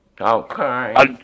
Okay